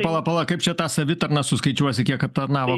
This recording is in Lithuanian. pala pala kaip čia tą savitarną suskaičiuosi kiek aptarnavo